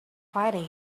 fighting